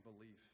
belief